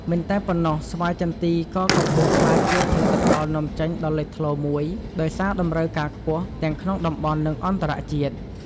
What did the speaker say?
មិនតែប៉ុណ្ណោះ ស្វាយចន្ទី ក៏កំពុងក្លាយជាផលិតផលនាំចេញដ៏លេចធ្លោមូយ ដោយសារតម្រូវការខ្ពស់ទាំងក្នុងតំបន់ និងអន្តរជាតិ។